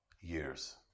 years